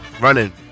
Running